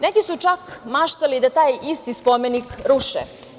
Neki su čak maštali da taj isti spomenik ruše.